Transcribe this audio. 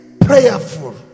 prayerful